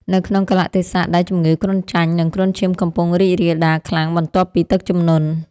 នៅក្នុងកាលៈទេសៈដែលជំងឺគ្រុនចាញ់ និងគ្រុនឈាមកំពុងរីករាលដាលខ្លាំងបន្ទាប់ពីទឹកជំនន់។